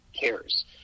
cares